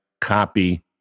copy